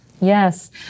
Yes